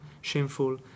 shameful